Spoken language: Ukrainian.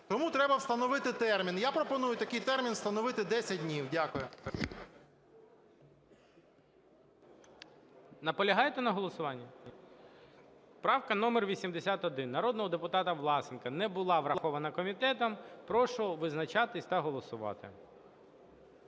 Тому треба встановити термін. Я пропоную такий термін встановити 10 днів. Дякую. ГОЛОВУЮЧИЙ. Наполягаєте на голосуванні? Правка номер 81 народного депутата Власенка не була врахована комітетом. Прошу визначатися та голосувати.